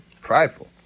Prideful